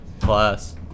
class